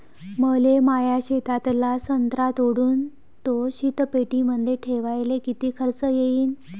मले माया शेतातला संत्रा तोडून तो शीतपेटीमंदी ठेवायले किती खर्च येईन?